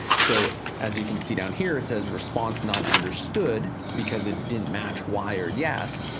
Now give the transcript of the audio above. so as you can see down here, it says response not understood because it didn't match y or yes.